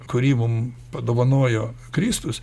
kurį mum padovanojo kristus